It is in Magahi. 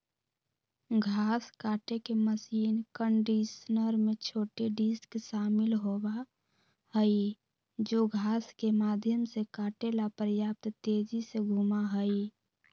घास काटे के मशीन कंडीशनर में छोटे डिस्क शामिल होबा हई जो घास के माध्यम से काटे ला पर्याप्त तेजी से घूमा हई